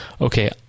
okay